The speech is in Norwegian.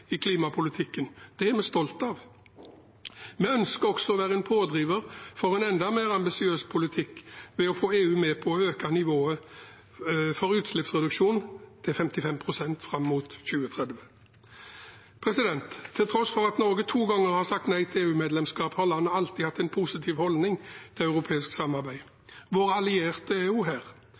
i klimapolitikken. Det er vi stolte av. Vi ønsker også å være en pådriver for en enda mer ambisiøs politikk ved å få EU med på å øke nivået for utslippsreduksjon til 55 pst. fram mot 2030. Til tross for at Norge to ganger har sagt nei til EU-medlemskap, har landet alltid hatt en positiv holdning til europeisk samarbeid. Våre allierte er også her.